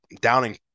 downing